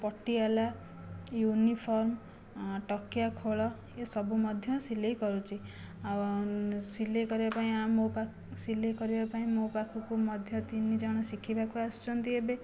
Patiala uniform ତକିଆଖୋଳ ଏସବୁ ମଧ୍ୟ ସିଲାଇ କରୁଛି ଆଉ ସିଲାଇ କରିବା ପାଇଁ ମୋ' ପାଖ ସିଲାଇ କରିବା ପାଇଁ ମୋ' ପାଖକୁ ମଧ୍ୟ ତିନିଜଣ ଶିଖିବାକୁ ଆସୁଛନ୍ତି ଏବେ